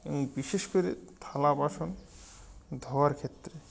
এবং বিশেষ করে থালা বাসন ধোওয়ার ক্ষেত্রে